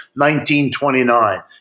1929